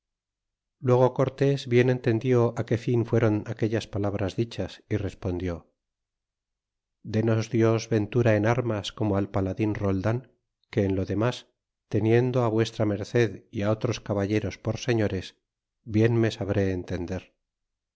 luego cortés bien entendió á que fin fijéron aquellas palabras dichas y respondió denos dios ventura en armas como al paladín roldan que en lo demas teniendo á v m y otros caballeros por señores bien me sabré entender